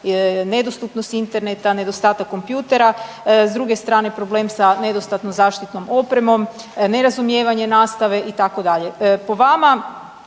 nedostupnost interneta, nedostatak kompjutera. S druge strane problem sa nedostatnom zaštitnom opremom, nerazumijevanje nastave itd. Po vama